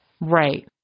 Right